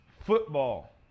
football